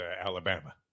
Alabama